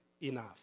enough